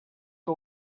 que